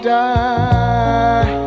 die